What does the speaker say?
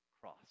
cross